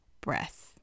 breath